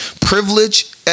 privilege